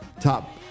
top